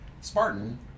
Spartan